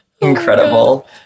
Incredible